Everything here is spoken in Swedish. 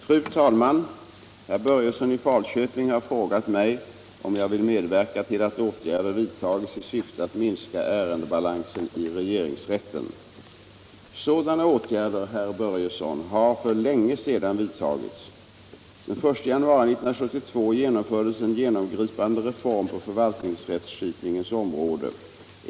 Fru talman! Herr Börjesson i Falköping har frågat mig om jag vill medverka till att åtgärder vidtages i syfte att minska ärendebalansen i regeringsrätten. Sådana åtgärder, herr Börjesson, har för länge sedan vidtagits. Den 1 januari 1972 genomfördes en genomgripande reform på förvaltningsrättskipningens område.